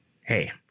hey